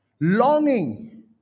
longing